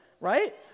right